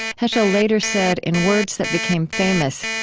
heschel later said, in words that became famous,